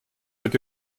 это